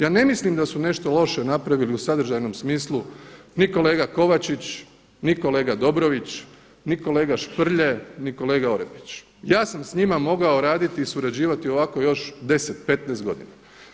Ja ne mislim da su nešto loše napravili u sadržajnom smislu ni kolega Kovačić ni kolega Dobrović, ni kolega Šprlje, ni kolega Orepić, ja sam s njima mogao raditi i surađivati ovako još 10, 15 godina.